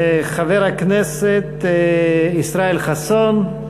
חבר הכנסת ישראל חסון,